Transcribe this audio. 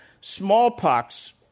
smallpox